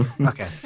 Okay